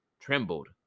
trembled